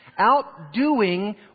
Outdoing